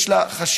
יש לה חשיבות,